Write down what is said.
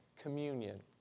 communion